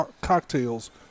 Cocktails